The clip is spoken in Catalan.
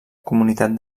comunitat